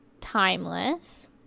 timeless